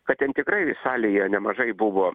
kad ten tikrai salėje nemažai buvo